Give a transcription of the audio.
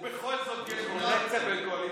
בכל זאת יש פרוטקציה בין הקואליציה,